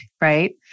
Right